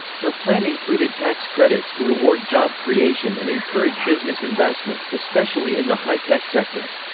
her plan included tax credits to reward job creation and encourage business investment, especially in the high-tech sector.